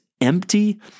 empty